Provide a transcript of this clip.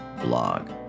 blog